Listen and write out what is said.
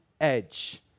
edge